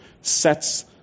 sets